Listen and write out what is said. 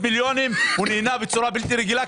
מיליונים הוא נהנה בצורה בלתי רגילה,